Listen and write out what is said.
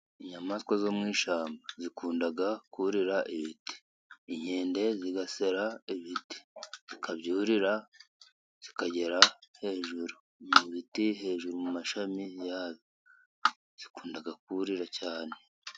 Inyamaswa zo mu ishyamba zikunda kurira ibiti. Inkende zigasera ibiti zikabyurira, zikagera hejuru. Mu biti hejuru mu mu mashami yabyo. Zikunda kurira cyane.